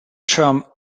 term